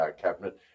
Cabinet